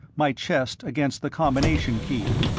my chest against the combination key.